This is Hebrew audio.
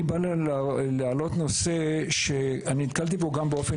אני רוצה להעלות נושא שנתקלתי בו גם באופן